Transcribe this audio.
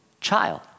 child